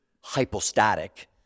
hypostatic